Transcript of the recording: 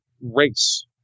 race